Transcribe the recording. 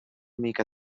mica